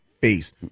face